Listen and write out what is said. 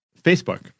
Facebook